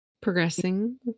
progressing